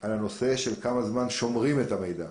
על הנושא של כמה זמן שומרים את המידע.